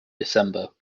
december